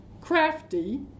crafty